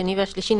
השני והשלישי,